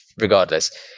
regardless